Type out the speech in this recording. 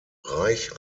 reich